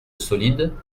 solide